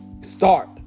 start